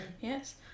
Yes